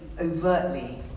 overtly